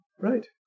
Right